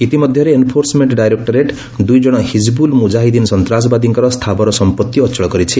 ଇତିମଧ୍ୟରେ enforcement directorate ଦୁଇଜଣ ହିଜବୁଲ ମୁକାହିଦ୍ଦିନ ସନ୍ତାସବାଦୀଙ୍କର ସ୍ଥାବର ସମ୍ପତ୍ତି ଅଚଳ କରିଛି